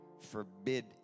forbid